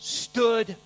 stood